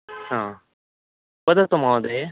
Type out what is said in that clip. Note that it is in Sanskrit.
आम् वदतु महोदये